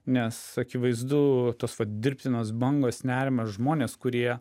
nes akivaizdu tos dirbtinos bangos nerimas žmonės kurie